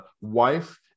wife